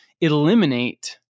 eliminate